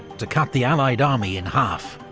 to cut the allied army in half.